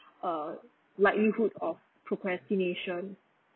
uh likelihood of procrastination